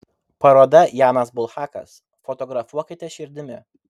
paroda janas bulhakas fotografuokite širdimi